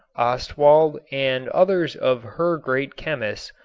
ostwald and others of her great chemists,